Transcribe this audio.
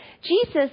Jesus